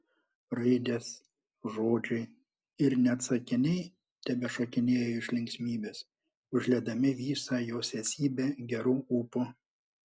raidės žodžiai ir net sakiniai tebešokinėjo iš linksmybės užliedami visą jos esybę geru ūpu